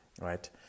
right